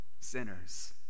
sinners